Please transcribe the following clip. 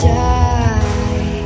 die